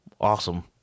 awesome